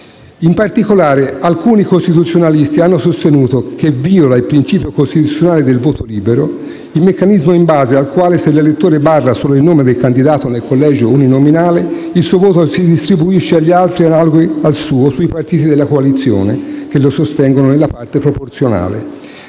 In particolare, alcuni costituzionalisti hanno sostenuto che viola il principio costituzionale del voto libero il meccanismo in base al quale, se l'elettore barra solo il nome del candidato nel collegio uninominale, il suo voto si distribuisce, insieme agli altri analoghi al suo, sui partiti della coalizione che lo sostengono nella parte proporzionale.